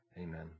Amen